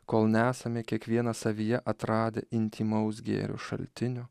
kol nesame kiekvienas savyje atradę intymaus gėrio šaltinio